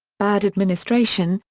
bad administration,